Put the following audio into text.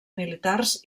militars